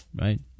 right